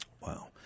Wow